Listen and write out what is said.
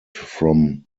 from